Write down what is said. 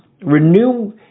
renew